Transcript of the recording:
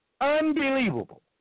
Unbelievable